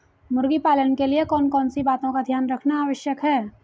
मुर्गी पालन के लिए कौन कौन सी बातों का ध्यान रखना आवश्यक है?